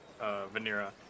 Venera